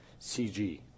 CG